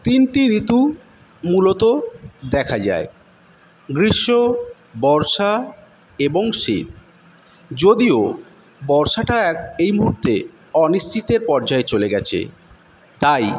তিনটি ঋতু মূলত দেখা যায় গ্রীষ্ম বর্ষা এবং শীত যদিও বর্ষাটা এক এই মুহূর্তে অনিশ্চিতের পর্যায়ে চলে গেছে তাই